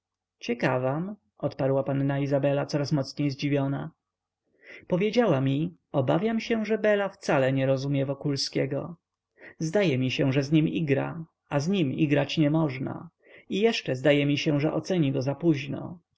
ciekawam odparła panna izabela coraz mocniej zdziwiona powiedziała mi obawiam się że bela wcale nie rozumie wokulskiego zdaje mi się że z nim igra a z nim igrać niemożna i jeszcze zdaje mi się że oceni go zapóźno